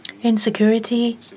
Insecurity